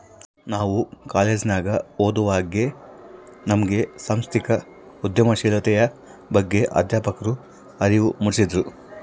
ನಾವು ಕಾಲೇಜಿನಗ ಓದುವಾಗೆ ನಮ್ಗೆ ಸಾಂಸ್ಥಿಕ ಉದ್ಯಮಶೀಲತೆಯ ಬಗ್ಗೆ ಅಧ್ಯಾಪಕ್ರು ಅರಿವು ಮೂಡಿಸಿದ್ರು